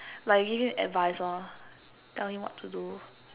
like give him advice lor tell him what to do